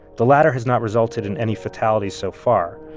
the latter has not resulted in any fatalities so far.